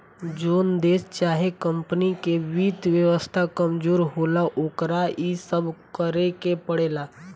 जोन देश चाहे कमपनी के वित्त व्यवस्था कमजोर होला, ओकरा इ सब करेके पड़ेला